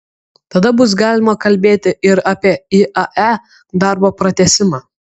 tada bus galima kalbėti ir apie iae darbo pratęsimą